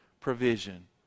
provision